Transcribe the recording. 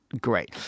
great